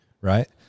right